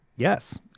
Yes